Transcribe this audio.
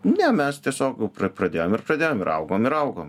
ne mes tiesiog pra pradėjom ir pradėjom ir augom ir augom